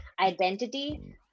identity